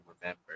remember